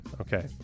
Okay